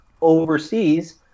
overseas